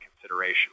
consideration